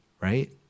right